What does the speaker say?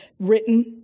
written